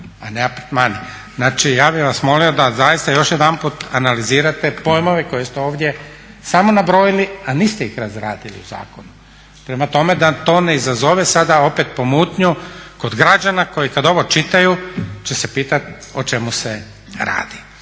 a ne apartmani. Znači ja bi vas molio da zaista još jedanput analizirate pojmove koje ste ovdje samo nabrojili a niste ih razradili u zakonu, prema tome da to ne izazove sada opet pomutnju kod građana koji kad ovo čitaju će se pitat o čemu se radi.